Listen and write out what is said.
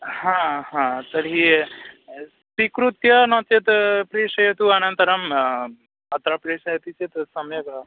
हा हा तर्हि सीकृत्य नो चेत् प्रेषयतु अनन्तरं अत्र प्रेषयति चेत् सम्यग्